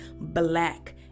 black